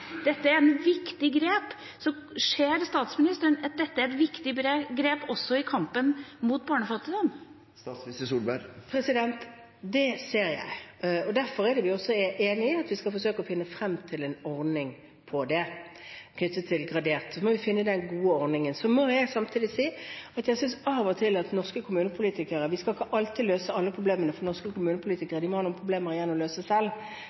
Dette er et viktig grep. Ser statsministeren at det er et viktig grep, også i kampen mot barnefattigdom? Det ser jeg. Det er også derfor vi er enig i at vi skal forsøke å finne frem til en ordning for dette, knyttet til gradert betaling. Vi må finne den gode ordningen. Jeg må samtidig si at jeg av og til synes at vi ikke alltid skal løse alle problemene for norske kommunepolitikere. De må ha noen problemer igjen å løse selv.